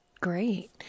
great